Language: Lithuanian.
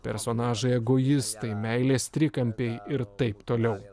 personažai egoistai meilės trikampiai ir taip toliau